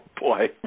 Boy